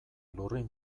lurrin